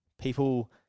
people